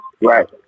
right